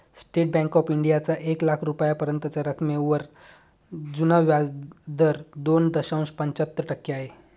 state bank of इंडियाचा एक लाख रुपयांपर्यंतच्या रकमेवरचा जुना व्याजदर दोन दशांश पंच्याहत्तर टक्के आहे